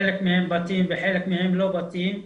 חלק מהם בתים וחלק מהם לא בתים,